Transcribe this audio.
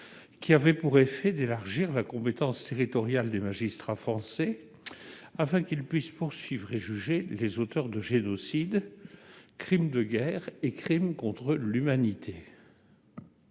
qui avait pour effet d'élargir va compétences territoriales des magistrats français afin qu'il puisse poursuivre et juger les auteurs de génocide, crimes de guerre et crimes contre l'humanité